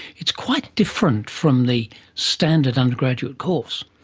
it's quite different from the standard undergraduate course.